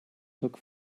took